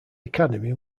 academy